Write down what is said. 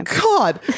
god